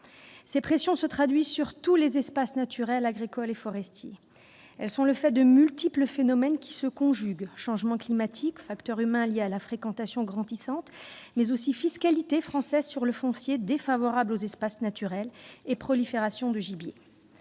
Ces pressions se traduisent dans tous les espaces naturels, agricoles et forestiers. Elles sont le fait de multiples phénomènes qui se conjuguent : changements climatiques, facteurs humains liés à la fréquentation grandissante, mais aussi fiscalité française sur le foncier défavorable aux espaces naturels et prolifération de gibiers.